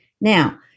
Now